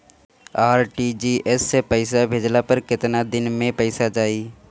RTGS से पईसा भेजला पर केतना दिन मे पईसा जाई?